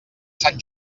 sant